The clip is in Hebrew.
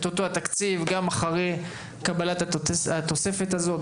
אותו התקציב גם אחרי קבלת התוספת הזו.